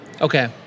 Okay